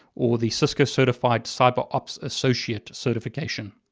or the cisco certified cyber ops associate certification.